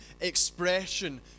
expression